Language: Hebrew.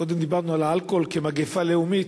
קודם דיברנו על אלכוהול כמגפה לאומית.